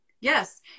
Yes